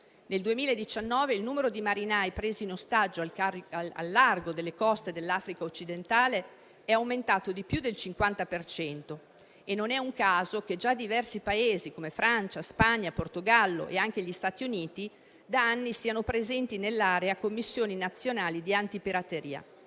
Nel 2019 il numero di marinai presi in ostaggio a largo delle coste dell'Africa occidentale è aumentato di più del 50 per cento e non è un caso che già diversi Paesi, come Francia, Spagna, Portogallo e anche Stati Uniti, da anni siano presenti nell'area con missioni nazionali antipirateria.